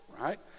right